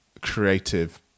creative